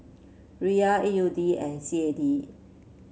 Riyal A U D and C A D